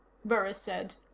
burris said.